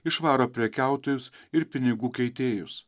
išvaro prekiautojus ir pinigų keitėjus